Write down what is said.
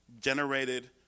generated